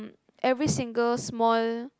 every single small